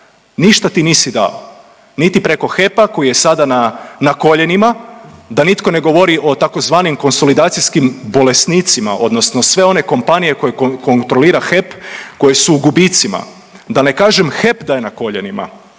ništa ti nisi dao niti preko HEP-a koji je sada na koljenima da nitko ne govori o tzv. konsolidacijskim bolesnicima odnosno sve one kompanije koje kontrolira HEP koje su u gubicima. Da ne kažem HEP da je na koljenima,